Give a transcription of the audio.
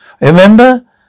Remember